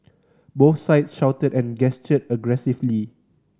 both sides shouted and gestured aggressively